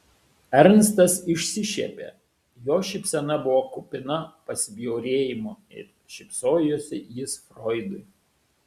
ernstas išsišiepė jo šypsena buvo kupina pasibjaurėjimo ir šypsojosi jis froidui